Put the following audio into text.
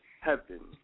heaven